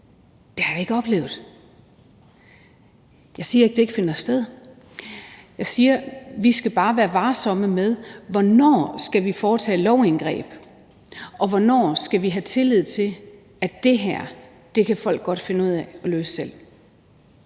Det har jeg ikke oplevet. Jeg siger ikke, at det ikke finder sted, men jeg siger: Vi skal bare være varsomme, i forhold til hvornår vi skal foretage lovindgreb, og hvornår vi skal have tillid til, at folk godt kan finde ud af at løse det